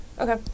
Okay